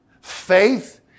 Faith